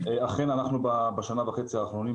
אכן אנחנו בשנה וחצי האחרונות,